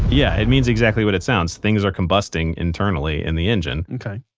yeah, it means exactly what it sounds. things are combusting internally in the engine ok.